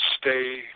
stay